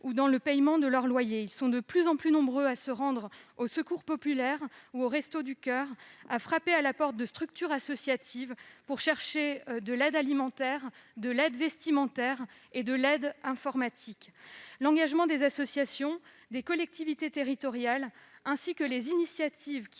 ou pour le paiement de leur loyer. Ils sont de plus en plus nombreux à se rendre au Secours populaire ou aux Restos du coeur, à frapper à la porte de structures associatives, pour y chercher de l'aide alimentaire, vestimentaire ou informatique. L'engagement des associations et des collectivités territoriales, ainsi que les initiatives